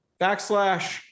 backslash